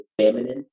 feminine